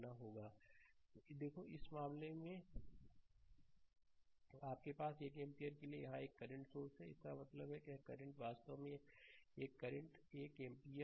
slide समय देखें 2529 देखो इस मामले में इस मामले में आपके पास 1 एम्पियर के लिए यहां एक करंट सोर्स है इसका मतलब है कि यह करंट वास्तव में यह करंट 1 एम्पीयर है